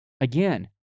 Again